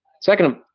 Second